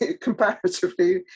comparatively